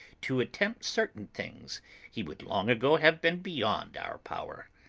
to attempt certain things he would long ago have been beyond our power.